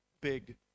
big